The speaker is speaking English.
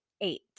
eight